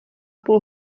půl